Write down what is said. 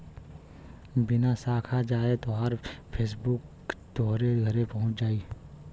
बिना साखा जाए तोहार चेकबुक तोहरे घरे पहुच जाई